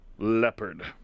Leopard